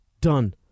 Done